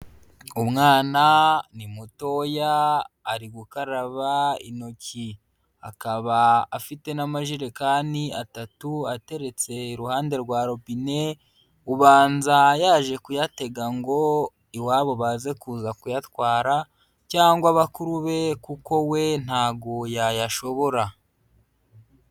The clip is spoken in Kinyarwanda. Umwana ni mutoya ari gukaraba intoki, akaba afite n'amajerekani atatu ateretse iruhande rwa robine, ubanza yaje kuyatega ngo iwabo baze kuza kuyatwara cyangwa bakuru be kuko we ntago yayashobora.